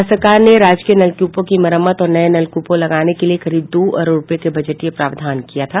राज्य सरकार ने राजकीय नलकूपों की मरम्मत और नये नलकूप लगाने के लिए करीब दो अरब रूपये के बजटीय प्रावधान किया था